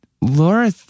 Laura